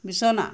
বিছনা